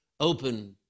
open